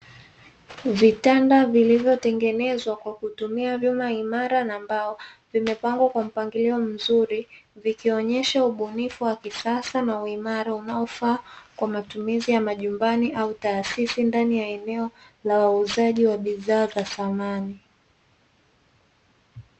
Vitanda vilivyotengenezwa kwa kutumia vyuma imara na mbao, vimepangwa kwa mpangilio mzuri vikionyesha ubunifu wa kisasa, na uimara unaofaa kwa matumizi ya majumbani au taasisi ndani ya eneo la wauzaji wa bidhaa za samani.